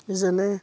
যেনে